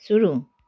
शुरू